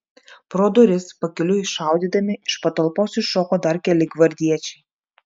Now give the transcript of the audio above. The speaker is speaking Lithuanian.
pro duris pakeliui šaudydami iš patalpos iššoko dar keli gvardiečiai